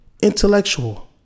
Intellectual